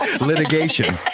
litigation